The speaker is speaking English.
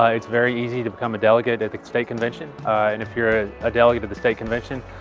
ah it's very easy to become a delegate at the state convention. and if you're ah a delegate at the state convention,